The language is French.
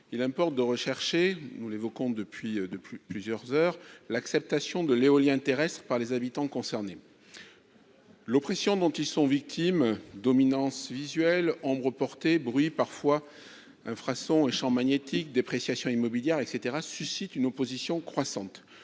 il importe de rechercher l'acceptation de l'éolien terrestre par les habitants concernés. L'oppression dont ils sont victimes- dominance visuelle, ombres portées, bruit, infrasons, champs magnétiques, dépréciation immobilière, etc. -suscite une opposition croissante.